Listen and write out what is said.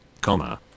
comma